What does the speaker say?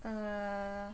err